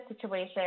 situation